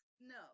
no